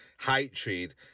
hatred